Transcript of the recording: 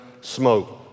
smoke